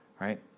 right